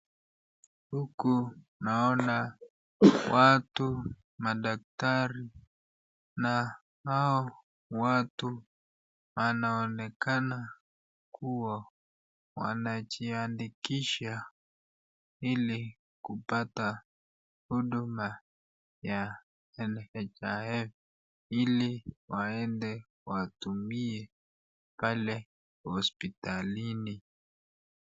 Huku naona watu madakitari, na hao watu wanaonekana kuwa wanajiandikisha ili kupata huduma ya NHIF ili waende watumie pale hospitalini.